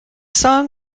song